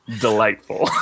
delightful